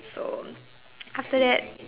so after that